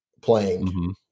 playing